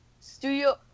studio